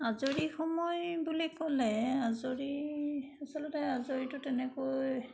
আজৰি সময় বুলি ক'লে আজৰি আচলতে আজৰিতো তেনেকৈ